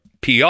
PR